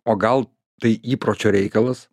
o gal tai įpročio reikalas